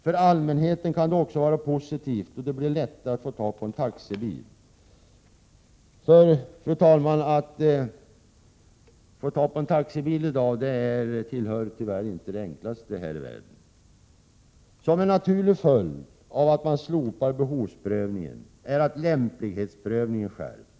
För allmänhetens del kan det också vara positivt, och det blir lättare att få tag på en taxibil. Att i dag få tag i en taxibil, fru talman, tillhör tyvärr inte det enklaste här i världen. En naturlig följd av att man slopar behovsprövningen är att lämplighetsprövningen skärps.